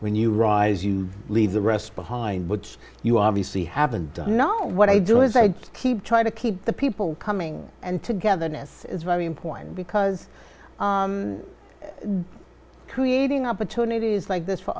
when you rise you leave the rest behind which you obviously have and you know what i do is i keep trying to keep the people coming and togetherness is very important because creating opportunities like this for